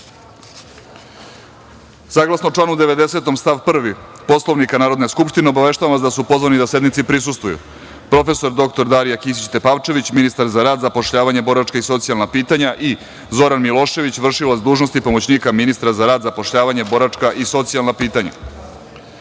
redu. Saglasno članu 90. stav 1. Poslovnika Narodne skupštine, obaveštavam vas da su pozvani da sednici prisustvuju: prof. dr Darija Kisić Tepavčević, ministar za rad, zapošljavanje, boračka i socijalna pitanja i Zoran Milošević, vršilac dužnosti pomoćnika ministra za rad, zapošljavanje, boračka i socijalna pitanja. Prva